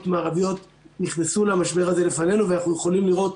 מערביות נכנסו למשבר הזה לפנינו ואנחנו יכולים לראות